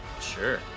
sure